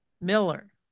Miller